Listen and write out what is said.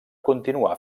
continuar